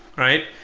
right?